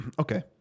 Okay